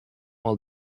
all